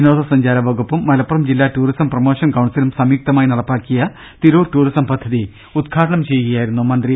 വിനോദ് സഞ്ചാർ വകുപ്പും മലപ്പുറം ജില്ലാ ടൂറിസം പ്രമോഷൻ കൌൺസിലും സംയുക്തമായി നടപ്പാക്കിയ തിരൂർ ടൂറിസം പദ്ധതി ഉദ്ഘാടനം ചെയ്യുകയായിരുന്നു മന്ത്രി